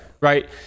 right